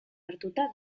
hartuta